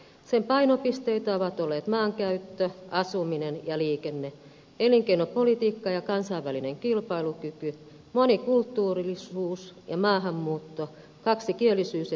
sen painopisteitä ovat olleet maankäyttö asuminen ja liikenne elinkeinopolitiikka ja kansainvälinen kilpailukyky monikulttuurisuus ja maahanmuutto kaksikielisyys ja sosiaalinen eheys